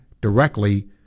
directly